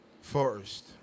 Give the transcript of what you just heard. first